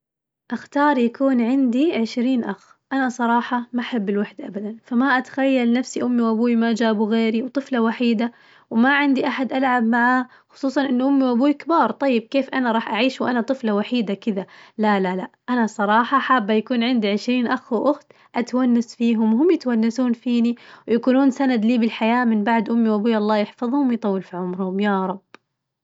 أختار يكون عندي عشرين أخ، أنا صراحة ما أحب الوحدة أبداً فما أتخيل نفسي أمي وأبوي ما جابوا غيري وطفلة وحيدة وما عندي أحد ألعب معاه خصوصاً إنه أمي وأبوي كبار، طيب كيف أنا راح أعيش وأنا طفلة وحيدة كذا؟ لا لا أنا صراحة حابة يكون عندي عشرين أخ وأخت أتونس فيهم وهم يتونسون فيني ويكونون سند لي بالحياة من بعد أمي وأبوي الله يحفظهم ويطول في عمرهم يارب.